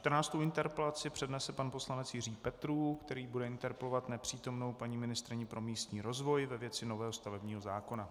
Čtrnáctou interpelaci přednese pan poslanec Jiří Petrů, který bude interpelovat nepřítomnou paní ministryni pro místní rozvoj ve věci nového stavebního zákona.